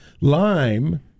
Lime